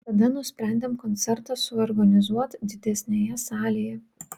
tada nusprendėm koncertą suorganizuot didesnėje salėje